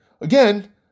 again